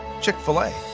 Chick-fil-A